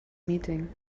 meeting